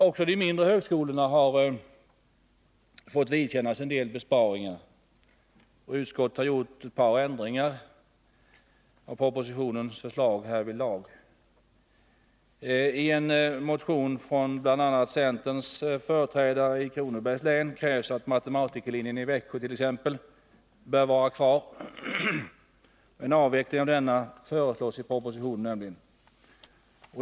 Också de mindre högskolorna har fått vidkännas en del besparingar. Utskottet har gjort ett par ändringar i propositionens förslag härvidlag. I en motion från bl.a. centerns företrädare i Kronobergs län krävs att exempelvis matematikerlinjen i Växjö bör vara kvar. En avveckling av denna föreslås ju i propositionen.